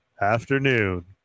afternoon